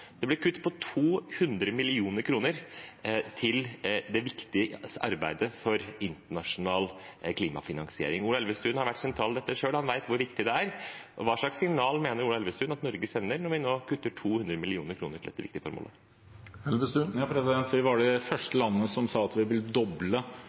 Det ble kutt på 200 mill. kr til det viktige arbeidet for internasjonal klimafinansiering. Ola Elvestuen har vært sentral i dette selv, og han vet hvor viktig det er. Hva slags signal mener Ola Elvestuen at Norge sender når vi nå kutter 200 mill. kr til dette viktige formålet? Vi var det første landet som sa at vi ville doble støtten til det